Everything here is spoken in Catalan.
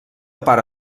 pare